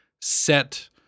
set